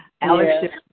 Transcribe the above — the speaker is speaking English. Alex